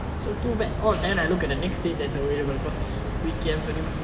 so too bad oh then I look at the next day that's available cause weekends only mah